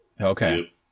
okay